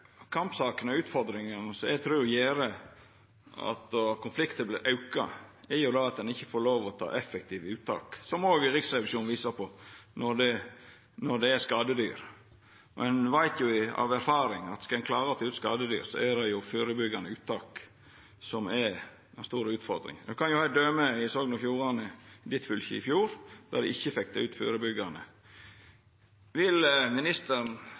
at ein ikkje får lov til å ta effektive uttak, som òg Riksrevisjonen viser til, når det er skadedyr. Ein veit av erfaring at skal ein klara å ta ut skadedyr, er det førebyggjande uttak som er den store utfordringa. Eg kan koma med eit døme i Sogn og Fjordane, fylket til statsråden, i fjor, der dei ikkje fekk ta ut førebyggjande. Vil